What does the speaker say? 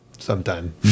Sometime